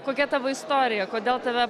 kokia tavo istorija kodėl tave